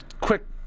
quick